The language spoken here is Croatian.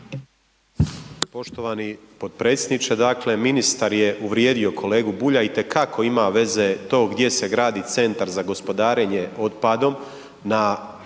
Poštovani potpredsjedniče, dakle, ministar je uvrijedio kolegu Bulja, itekako ima veze to gdje se gradi Centar za gospodarenje otpadom, znači